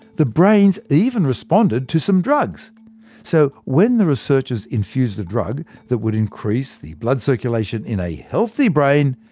the brains even responded to some drugs so when the researchers infused a drug that would increase the blood circulation in a healthy brain,